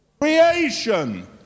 Creation